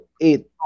eight